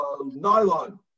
nylon